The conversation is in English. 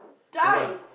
die